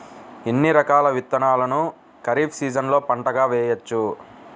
ఎన్ని రకాల విత్తనాలను ఖరీఫ్ సీజన్లో పంటగా వేయచ్చు?